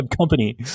company